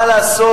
מה לעשות,